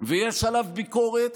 ויש עליו ביקורת